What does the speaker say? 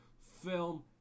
film